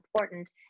important